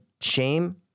shame